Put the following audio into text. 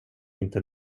inte